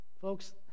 Folks